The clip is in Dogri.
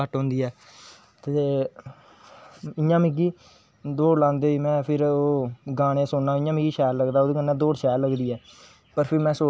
इस तरां दा सीनरियां बनाना मिगी बड़ा पसंद हा ते ओह्दे बाद फिर मीं पसंद आया जियां अलग अलग